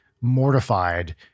mortified